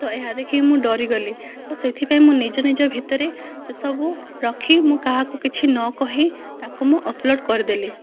ତ ଏହା ଦେଖି ମୁଁ ଡରିଗଲି ତ ସେଥିପାଇଁ ମୁଁ ନିଜ ନିଜ ଭିତରେ ସେ ସବୁ ରଖି ମୁଁ କାହାକୁ କିଛି ନ କହି ତାହାକୁ ମୁଁ ଅପଲୋଡ଼ କରିଦେଲି